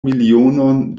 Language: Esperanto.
milionon